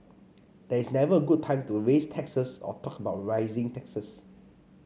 there is never a good time to raise taxes or talk about raising taxes